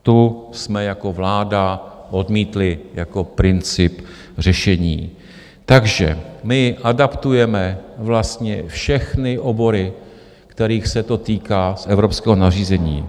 Tu jsme jako vláda odmítli jako princip řešení, takže my adaptujeme vlastně všechny obory, kterých se to týká z evropského nařízení.